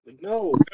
No